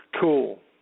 Cool